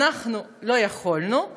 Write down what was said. ואנחנו לא יכולנו.